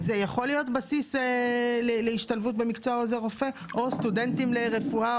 זה יכול להיות בסיס להשתלבות במקצוע עוזר רופא או סטודנטים לרפואה,